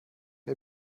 der